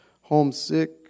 homesick